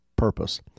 Purpose